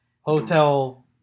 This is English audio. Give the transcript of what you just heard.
hotel